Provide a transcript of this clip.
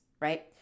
right